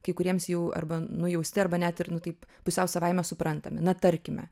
kai kuriems jau arba nujausti arba net ir nu taip pusiau savaime suprantami na tarkime